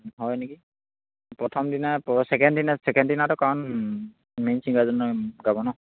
হয় নেকি প্ৰথম দিনা প ছেকেণ্ড দিনা ছেকেণ্ড দিনাটো কাৰণ মেইন চিংগাৰজনে গাব নহ্